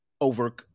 over